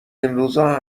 اینروزا